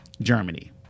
Germany